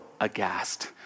aghast